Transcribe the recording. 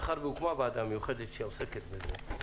מאחר והוקמה ועדה מיוחדת שעוסקת בזה,